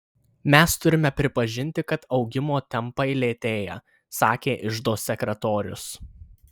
mes turime pripažinti kad augimo tempai lėtėja sakė iždo sekretorius